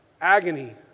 agony